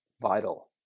vital